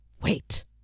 wait